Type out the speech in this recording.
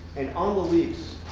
and, on the leaks,